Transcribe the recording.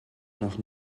nach